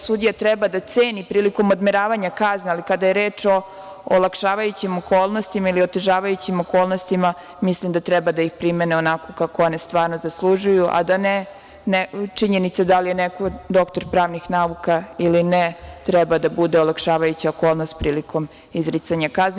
Sudija treba da ceni prilikom odmeravanja kazne, ali kada je reč o olakšavajućim okolnostima ili otežavajućim okolnostima, mislim da treba da ih primene onako kako one stvarno zaslužuju, a da činjenica da li je neko doktor pravnih nauka ili ne, treba da bude olakšavajuća okolnost prilikom izricanja kazne.